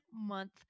month